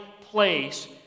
place